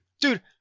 Dude